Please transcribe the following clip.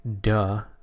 duh